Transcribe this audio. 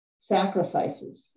sacrifices